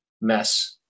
mess